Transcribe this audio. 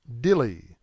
Dilly